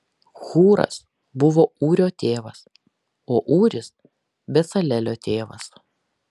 hūras buvo ūrio tėvas o ūris becalelio tėvas